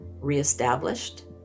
reestablished